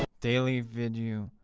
daily video.